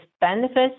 benefits